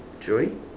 sorry